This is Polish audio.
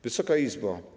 Wysoka Izbo!